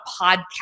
podcast